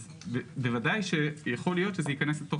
אז בוודאי שיכול להיות שזה ייכנס לתוך